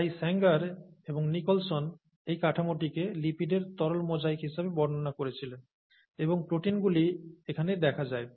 তাই স্যাঞ্জার এবং নিকোলসন এই কাঠামোটিকে লিপিডের তরল মোজাইক হিসাবে বর্ণনা করেছিলেন এবং প্রোটিনগুলি এখানে দেখা যায়